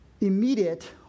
immediate